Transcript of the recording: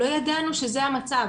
לא ידענו שזה המצב